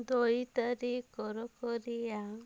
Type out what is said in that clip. ଦୈତାରୀ କର କରିଆ